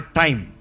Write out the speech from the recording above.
time